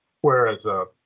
whereas